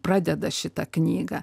pradeda šitą knygą